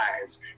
lives